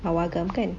pawagam kan